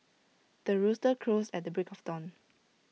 the rooster crows at the break of dawn